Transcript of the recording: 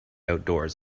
outdoors